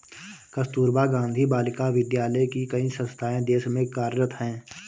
कस्तूरबा गाँधी बालिका विद्यालय की कई संस्थाएं देश में कार्यरत हैं